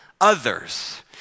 others